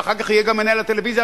ואחר כך יהיה גם מנהל הטלוויזיה,